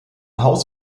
haus